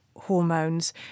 Hormones